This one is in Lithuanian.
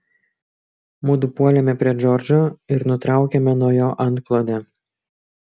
mudu puolėme prie džordžo ir nutraukėme nuo jo antklodę